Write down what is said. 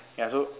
ya so